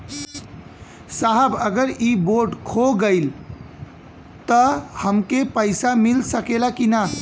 साहब अगर इ बोडखो गईलतऽ हमके पैसा मिल सकेला की ना?